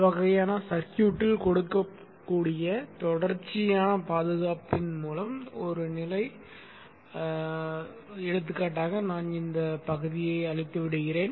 இந்த வகையான சர்க்யூட்டில் கொடுக்கக்கூடிய தொடர்ச்சியான பாதுகாப்பின் மேலும் ஒரு நிலை எடுத்துக்காட்டாக நான் இந்தப் பகுதியை அழிக்கிறேன்